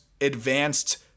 advanced